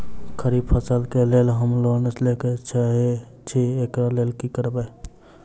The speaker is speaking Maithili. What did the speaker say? खरीफ फसल केँ लेल हम लोन लैके चाहै छी एकरा लेल की करबै?